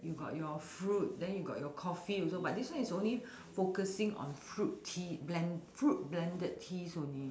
you got your fruit then you got your coffee also but this one is only focusing on fruit tea blend fruit blended teas only